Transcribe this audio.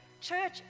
Church